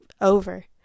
over